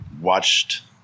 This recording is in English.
watched